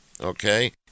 okay